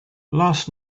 last